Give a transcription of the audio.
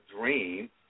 dream